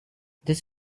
this